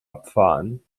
abfahren